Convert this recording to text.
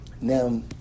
Now